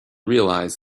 realise